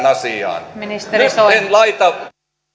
asiaan nyt en laita ministeri